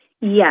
Yes